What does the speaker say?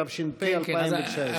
התש"ף 2019. כן.